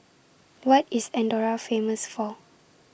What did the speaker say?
What IS Andorra Famous For